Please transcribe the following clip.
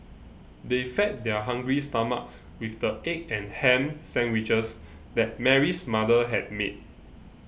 they fed their hungry stomachs with the egg and ham sandwiches that Mary's mother had made